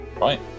right